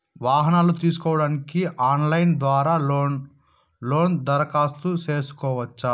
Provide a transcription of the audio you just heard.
వాహనాలు తీసుకోడానికి ఆన్లైన్ ద్వారా లోను దరఖాస్తు సేసుకోవచ్చా?